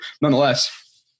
Nonetheless